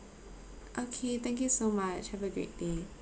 okay thank you so much have a great day